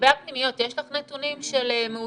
לגבי הפנימיות, יש לך נתונים של מאושפזים